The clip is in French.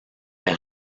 est